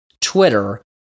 twitter